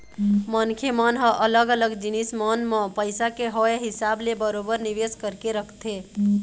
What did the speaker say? मनखे मन ह अलग अलग जिनिस मन म पइसा के होय हिसाब ले बरोबर निवेश करके रखथे